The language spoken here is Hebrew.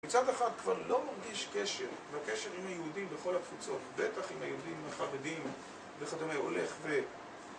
מצד אחד כבר לא מרגיש קשר, והקשר עם היהודים בכל הקבוצות, בטח עם היהודים החרדים וכדומה הולך ו...